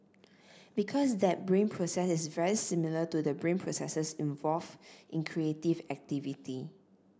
because that brain process is very similar to the brain processes involve in creative activity